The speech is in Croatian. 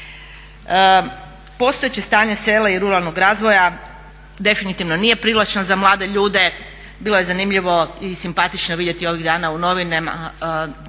Postojeće stanje sela i ruralnog razvoja definitivno nije privlačno za mlade ljude. Bilo je zanimljivo i simpatično vidjeti ovih dana u novinama